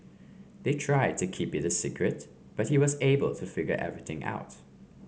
they tried to keep it a secret but he was able to figure everything out